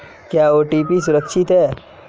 क्या ओ.टी.पी सुरक्षित है?